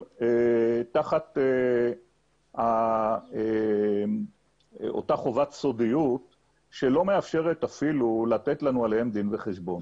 תחת אותה חובת סודיות שלא מאפשרת אפילו לתת לנו עליהם דין וחשבון.